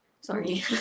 sorry